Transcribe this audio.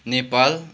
Nepal